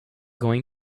going